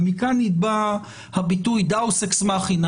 ומכאן בא הביטוי "דאוס אקס מכינה",